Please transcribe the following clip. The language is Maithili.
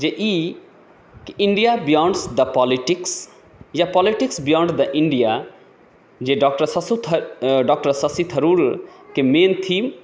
कि जे ई इन्डिया बियोन्ड द पोलिटिक्स या पोलिटिक्स बियोन्ड द इन्डिया जे डॉक्टर शशि थर डॉक्टर शशि थरूरके मेन थीम